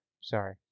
Sorry